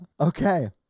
Okay